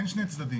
אין שני צדדים,